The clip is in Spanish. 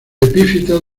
epífitas